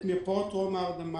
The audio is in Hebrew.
את מרפאות טרום ההרדמה,